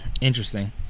Interesting